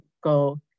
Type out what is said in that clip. go